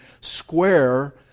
square